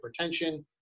hypertension